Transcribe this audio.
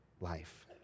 life